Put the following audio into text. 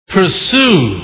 Pursue